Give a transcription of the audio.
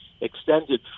extended